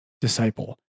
disciple